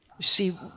see